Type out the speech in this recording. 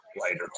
later